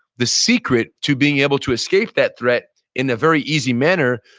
the secret to being able to escape that threat in a very easy manner.